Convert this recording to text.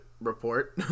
report